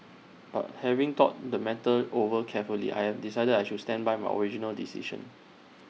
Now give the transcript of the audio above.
but having thought the matter over carefully I am decided that I should stand by my original decision